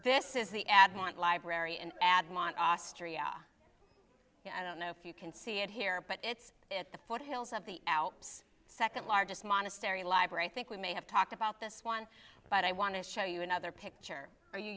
this is the ad want library and admonish austria i don't know if you can see it here but it's at the foothills of the alps second largest monastery library i think we may have talked about this one but i want to show you another picture for you